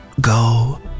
Go